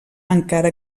encara